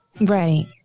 right